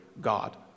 God